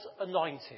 anointed